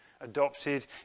adopted